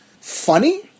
funny